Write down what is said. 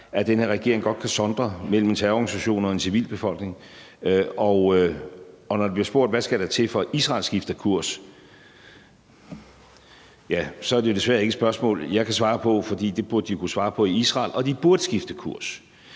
at den her regering godt kan sondre mellem en terrororganisation og en civilbefolkning. Når der bliver spurgt, hvad der skal til, for at Israel skifter kurs, er det jo desværre ikke et spørgsmål, jeg kan svare på, for det burde de kunne svare på i Israel. Og de burde skifte kurs.